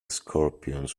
scorpions